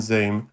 Zoom